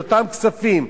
את אותם כספים,